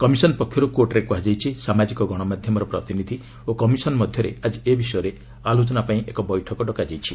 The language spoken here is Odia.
କମିଶନ୍ ପକ୍ଷରୁ କୋର୍ଟରେ କୁହାଯାଇଛି ସାମାଜିକ ଗଣମାଧ୍ୟମର ପ୍ରତିନିଧି ଓ କମିଶନ୍ ମଧ୍ୟରେ ଆଜି ଏ ବିଷୟରେ ଆଲୋଚନା ପାଇଁ ଏକ ବୈଠକ ଡକାଯାଇଛି